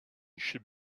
should